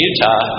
Utah